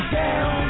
down